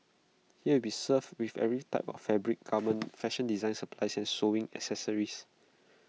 here be served with every type of fabric garment fashion design supplies and sewing accessories